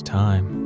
time